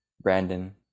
Brandon